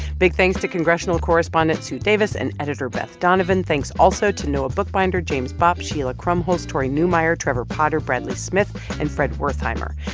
big thanks to congressional correspondent sue davis and editor beth donovan. thanks also to noah bookbinder, james bopp, sheila krumholz, tory newmyer, trevor potter, bradley smith and fred wertheimer,